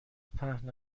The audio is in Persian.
پهن